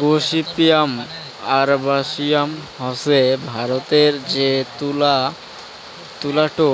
gossypium arboreum হসে ভারতরে যে তুলা টো